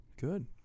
good